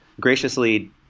graciously